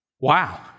Wow